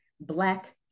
Black